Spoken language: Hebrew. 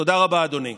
תודה רבה, אדוני.